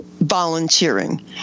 volunteering